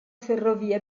ferrovia